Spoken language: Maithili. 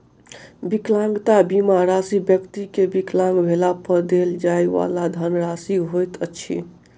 विकलांगता बीमा राशि व्यक्ति के विकलांग भेला पर देल जाइ वाला धनराशि होइत अछि